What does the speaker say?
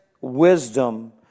wisdom